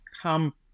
come